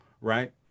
right